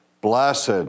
blessed